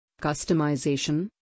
customization